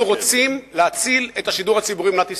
אנחנו רוצים להציל את השידור הציבורי במדינת ישראל,